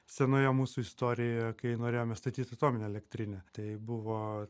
senoje mūsų istorijoje kai norėjome statyt atominę elektrinę tai buvo